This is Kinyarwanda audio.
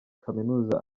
kaminuza